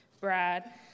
Brad